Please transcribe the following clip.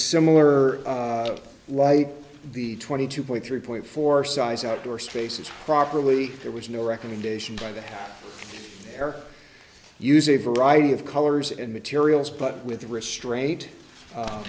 similar like the twenty two point three point four size outdoor spaces properly there was no recommendation by the air use a variety of colors and materials but with restraint